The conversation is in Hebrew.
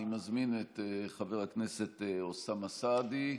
אני מזמין את חבר הכנסת אוסאמה סעדי.